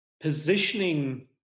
positioning